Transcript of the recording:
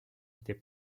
était